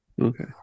okay